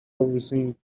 everything